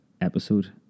episode